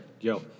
Yo